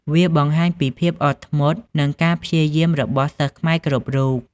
វាបង្ហាញពីភាពអត់ធ្មត់និងការព្យាយាមរបស់សិស្សខ្មែរគ្រប់រូប។